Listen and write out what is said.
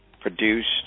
Produced